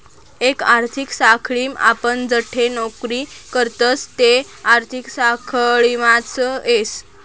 एक आर्थिक साखळीम आपण जठे नौकरी करतस ते आर्थिक साखळीमाच येस